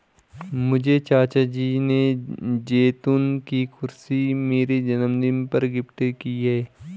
मुझे चाचा जी ने जैतून की कुर्सी मेरे जन्मदिन पर गिफ्ट की है